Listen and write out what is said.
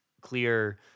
clear